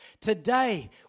Today